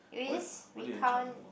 what what did you enjoy the most